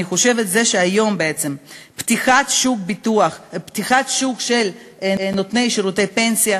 אני חושבת שזה שהיום פתיחת השוק של נותני שירותי פנסיה,